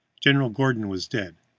general gordon was dead,